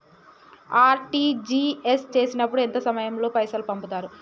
RTGS చేసినప్పుడు ఎంత సమయం లో పైసలు పంపుతరు?